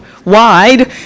wide